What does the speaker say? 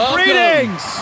Greetings